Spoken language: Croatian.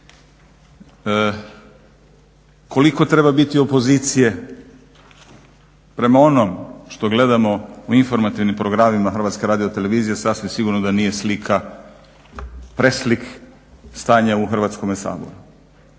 koliko treba biti opozicije. Prema onom što gledamo u informativnim programima Hrvatske radiotelevizije sasvim sigurno da nije slika, preslik stanja u Hrvatskom saboru.